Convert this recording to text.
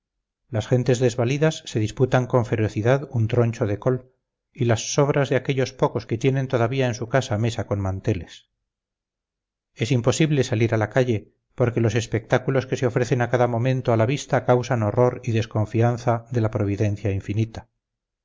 las gentes desvalidas se disputan con ferocidad un troncho de col y las sobras de aquellos pocos que tienen todavía en su casa mesa con manteles es imposible salir a la calle porque los espectáculos que se ofrecen a cada momento a la vista causan horror y desconfianza de la providencia infinita